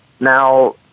Now